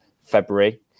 February